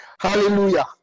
Hallelujah